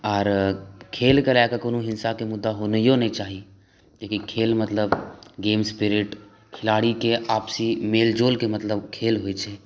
आओर खेलके लऽ कऽ कोनो हिँसाके मुद्दा होनाइओ नहि चाही जेकि खेल मतलब गेम्स पीरिअड खिलाड़ीके आपसी मेलजोलके मतलब खेल होइ छै